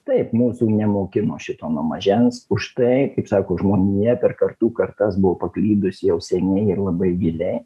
taip mūsų nemokino šito nuo mažens už tai kaip sako žmonija per kartų kartas buvo paklydusi jau seniai ir labai giliai